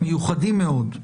מיוחדים מאוד.